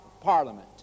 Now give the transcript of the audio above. parliament